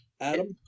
Adam